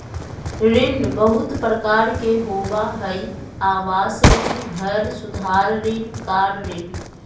ऋण बहुत प्रकार के होबा हइ आवास ऋण, घर सुधार ऋण, कार ऋण